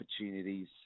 opportunities